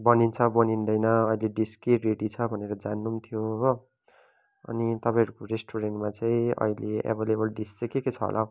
बनिन्छ बनिन्दैन् अहिले डिस के रेडी छ भनेर जान्नु नि थियो हो अनि तपाईँहरूको रेस्टुरेन्टमा चाहिँ अहिले एभाइलेबल डिस चाहिँ के के छ होला हौ